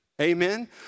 amen